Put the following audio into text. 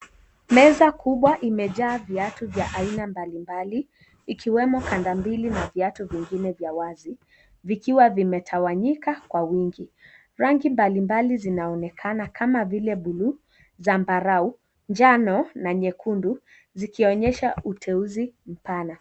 Meza kubwa imejaa viatu vya aina mbalimbali ikiwemo kandambili na viatu vingine vya wazi vikiwa vimetawanyika kwa wingi. Rangi mbalimbali zinaonekana kama vile bluu, zambarau, njano na nyekundu zikionyesha uteuzi mpana.